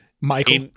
Michael